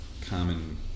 common